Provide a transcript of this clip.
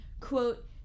quote